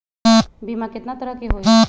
बीमा केतना तरह के होइ?